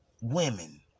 women